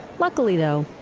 luckily though,